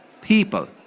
people